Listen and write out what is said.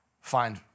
find